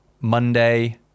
monday